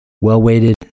well-weighted